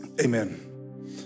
amen